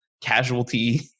casualty